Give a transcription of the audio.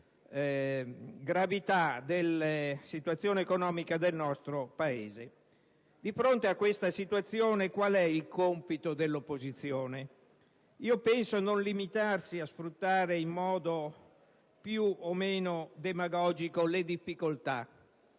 gravità della situazione economica del nostro Paese. Ora, di fronte a questa situazione, qual è il compito dell'opposizione? Io penso non debba essere quello di limitarsi a sfruttare in modo più o meno demagogico le difficoltà.